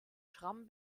schramm